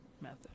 method